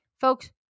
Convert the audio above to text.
folks